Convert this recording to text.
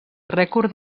rècord